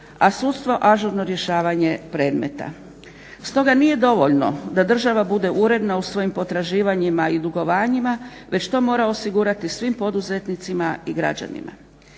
a sudstvo ažurno rješavanje predmeta. Stoga nije dovoljno da država bude uredna u svojim potraživanjima i dugovanjima, već to mora osigurati svim poduzetnicima i građanima.